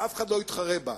שאף אחד לא יתחרה בה,